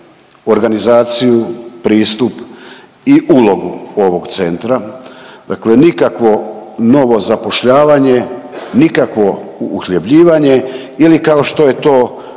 organizaciju, pristup i ulogu ovog centra. Dakle, nikakvo novo zapošljavanje, nikakvo uhljebljivanje ili kao što je to